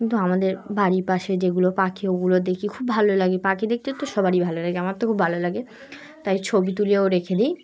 কিন্তু আমাদের বাড়ির পাশে যেগুলো পাখি ওগুলো দেখি খুব ভালো লাগে পাখি দেখতে তো সবারই ভালো লাগে আমার তো খুব ভালো লাগে তাই ছবি তুলেও রেখে দিই